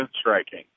striking